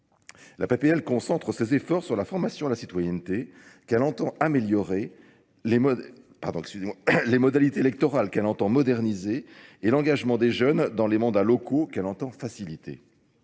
La PPL concentre ses efforts sur la formation de la citoyenneté, qu'elle entend améliorer, les modalités électorales qu'elle entend moderniser et l'engagement des jeunes dans les mondes à locaux qu'elle entend faciliter.